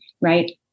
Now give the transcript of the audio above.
right